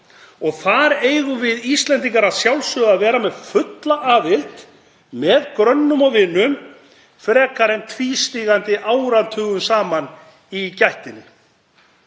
Þar eigum við Íslendingar að sjálfsögðu að vera með fulla aðild með grönnum og vinum frekar en tvístígandi áratugum saman í gættinni.